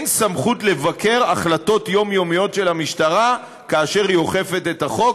אין סמכות לבקר החלטות יומיומיות של המשטרה כאשר היא אוכפת את החוק,